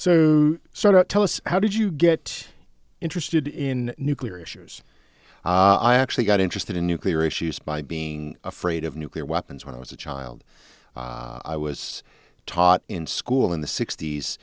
so tell us how did you get interested in nuclear issues i actually got interested in nuclear issues by being afraid of nuclear weapons when i was a child i was taught in school in the sixt